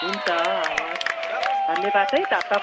हुन्छ हवस् धन्यवादै त तप